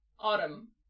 Autumn